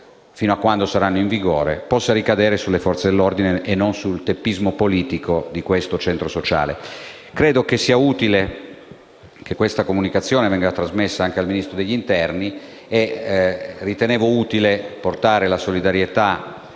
fino a quando saranno in vigore - possa ricadere sulle Forze dell'ordine e non sul teppismo politico del centro sociale. Credo sia utile che questa comunicazione venga trasmessa anche al Ministro dell'interno e doveroso portare la solidarietà